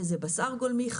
שזה בשר גולמי,